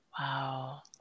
Wow